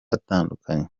atandukanye